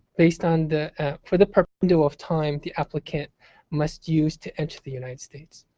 based on the for the and of time, the applicant must use to enter the united states.